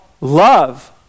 love